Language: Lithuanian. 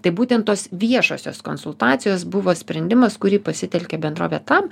tai būtent tos viešosios konsultacijos buvo sprendimas kurį pasitelkė bendrovė tam